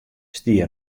stie